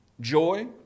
joy